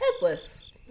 headless